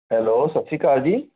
hello ਸਤਿ ਸ਼੍ਰੀ ਅਕਾਲ ਜੀ